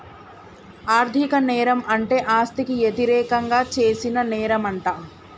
ఆర్ధిక నేరం అంటే ఆస్తికి యతిరేకంగా చేసిన నేరంమంట